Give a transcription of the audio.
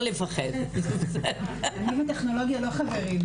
האם להפנות לטיפול או לא להפנות לטיפול,